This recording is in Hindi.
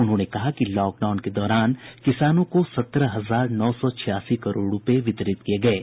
उन्होंने कहा कि लेकडाउन के दौरान किसानों को सत्रह हजार नौ सौ छियासी करोड़ रुपये वितरित किए गए हैं